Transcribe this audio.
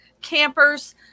campers